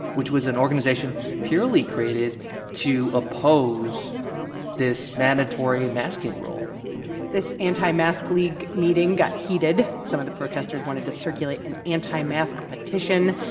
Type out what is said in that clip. which was an organization purely created to oppose this mandatory masking rule this anti-mask league meeting got heated. some of the protesters wanted to circulate an anti-mask petition.